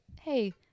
hey